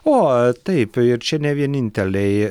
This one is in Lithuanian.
o taip ir čia ne vieninteliai